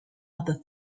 other